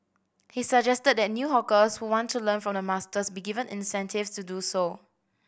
he suggested that new hawkers who want to learn from the masters be given incentives to do so